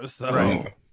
Right